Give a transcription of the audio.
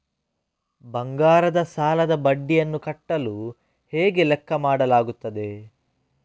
ಬಂಗಾರದ ಸಾಲದ ಬಡ್ಡಿಯನ್ನು ಕಟ್ಟಲು ಹೇಗೆ ಲೆಕ್ಕ ಮಾಡಲಾಗುತ್ತದೆ?